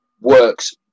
works